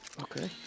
Okay